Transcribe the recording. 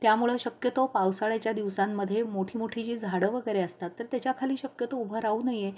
त्यामुळं शक्यतो पावसाळ्याच्या दिवसांमध्ये मोठी मोठी जी झाडं वगैरे असतात तर त्याच्याखाली शक्यतो उभं राहू नये